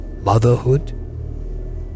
motherhood